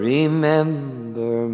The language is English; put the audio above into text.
Remember